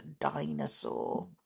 dinosaur